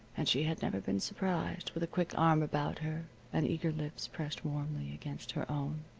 and she had never been surprised with a quick arm about her and eager lips pressed warmly against her own.